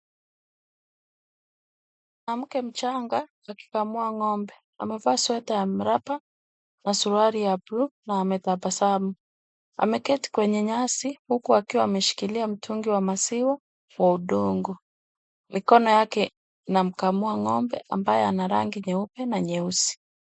Mwanamke mchanga akikamua ng'ombe. Amevaa sweta ya mraba na suruali ya bluu na ametabasamu. Ameketi kwenye nyasi huku akiwa ameshikilia mtungi wa maziwa wa udongo. Mikono yake inamkamua ng'ombe ambaye ana rangi nyeupe na nyeusi.